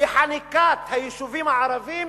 לחניקת היישובים הערביים